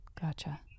Gotcha